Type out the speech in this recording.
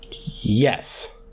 Yes